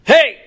Hey